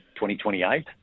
2028